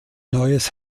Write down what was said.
neues